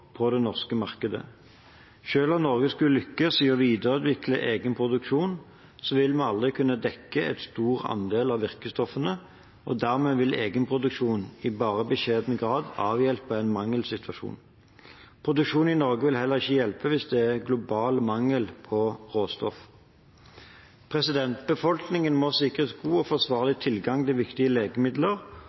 på det norske markedet. Selv om Norge skulle lykkes i å videreutvikle egen produksjon, vil vi aldri kunne dekke en stor andel av virkestoffene, og dermed vil egenproduksjon bare i beskjeden grad avhjelpe en mangelsituasjon. Produksjon i Norge vil heller ikke hjelpe hvis det er global mangel på råstoff. Befolkningen må sikres god og forsvarlig tilgang til viktige legemidler,